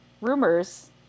rumors